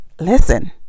listen